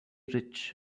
rich